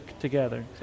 together